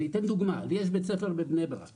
אני אתן דוגמא, לי יש בתי ספר בבני ברק